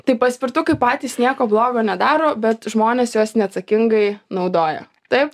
tai paspirtukai patys nieko blogo nedaro bet žmonės juos neatsakingai naudoja taip